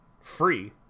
free